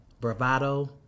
bravado